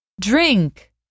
Drink